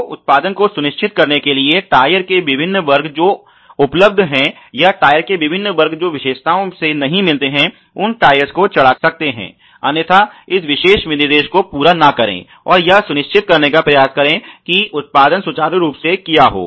तो उत्पादन को सुनिश्चित करने के लिए टायर के विभिन्न वर्ग जो उपलब्ध है या टायर के विभिन्न वर्ग जो विशेषताओं से नहीं मिलते हैं उन टायरस को चढ़ा कर सकते हैं अन्यथा इस विनिर्देश को पूरा न करें और यह सुनिश्चित करने का प्रयास करें कि उत्पादन सुचारू रूप से हो किया हो